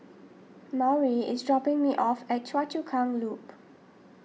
Maury is dropping me off at Choa Chu Kang Loop